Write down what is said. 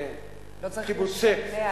לא צריך לשנע את החומרים.